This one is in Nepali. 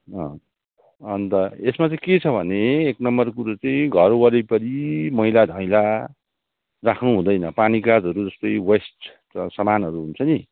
अन्त यसमा चाहिँ के छ भने एक नम्बर कुरो चाहिँ घर वरिपरि मैलाधैला राख्नु हुँदैन पानी कागजहरू जस्तै वेस्ट सामानहरू हुन्छ नि